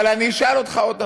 אבל אני אשאל אותך עוד דבר,